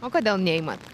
o kodėl neimat